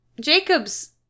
Jacob's